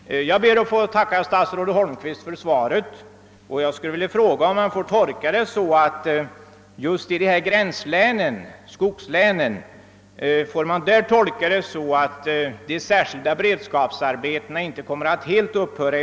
Jag ber att få tacka statsrådet Holmgvist för svaret, men jag skulle vilja fråga om jag får tolka det så, att de särskilda beredskapsarbetena just i dessa skogslän i varje fall inte kommer att helt upphöra.